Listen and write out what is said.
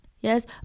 Yes